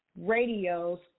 radio's